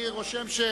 אני לא משנה